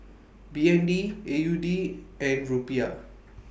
B N D A U D and Rupiah